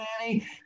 Manny